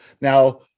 Now